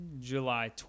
July